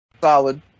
Solid